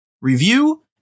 review